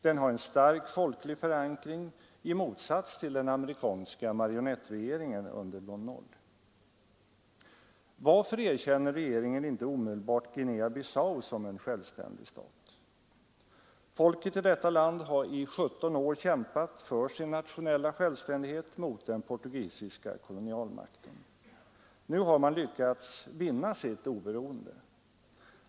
Den har en stark folklig förankring, i motsats till den amerikanska marionettregeringen under Lon Nol. Varför erkänner regeringen inte omedelbart Guinea-Bissau som en självständig stat? Folket i detta land har i 17 år kämpat för sin nationella självständighet mot den portugisiska kolonialmakten. Nu har man lyckats vinna sitt oberoende.